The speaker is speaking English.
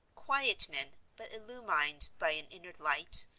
quiet men, but illumined by an inner light,